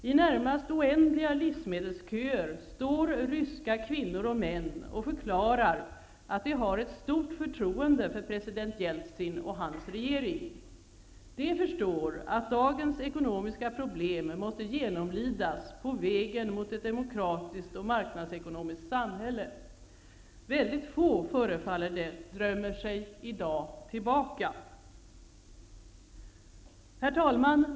I närmast oändliga livsmedelsköer står ryska kvinnor och män och förklarar att de har ett stort förtroende för president Jeltsin och hans regering. De förstår att dagens ekonomiska problem måste genomlidas på vägen mot ett demokratiskt och marknadsekonomiskt samhälle. Det förefaller vara få som i dag drömmer sig tillbaka. Herr talman!